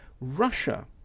Russia